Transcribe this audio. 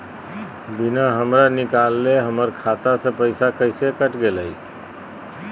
बिना हमरा निकालले, हमर खाता से पैसा कैसे कट गेलई?